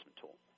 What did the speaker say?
tool